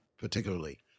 particularly